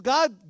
God